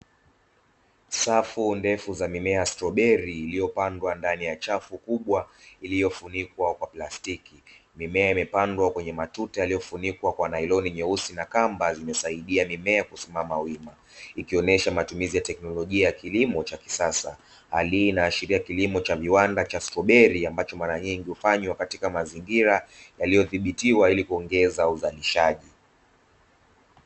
Safu ndefu za mimea ya stroberi iliyopandwa ndani ya chafu kubwa ilioyofunikwa kwa plastiki. Mimea imepandwa kwenye matuta yaliyofunikwa kwa nailoni nyeusi na kamba zimesaidia mimea kusimama wima. Ikionesha matumizi ya teknolojia ya kilimo cha kisasa; hali hii inaashiria kilimo cha viwanda cha stroberi ambacho mara nyingi hufanywa katika mazingira yaliyothibitiwa ili kuongeza uzalishaji.